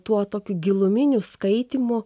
tuo tokiu giluminiu skaitymu